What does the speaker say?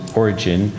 origin